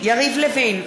יריב לוין,